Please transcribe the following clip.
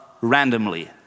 randomly